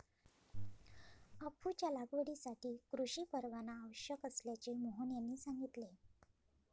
अफूच्या लागवडीसाठी कृषी परवाना आवश्यक असल्याचे मोहन यांनी सांगितले